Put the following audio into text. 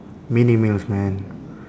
mini meals man